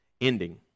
ending